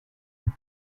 nous